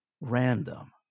random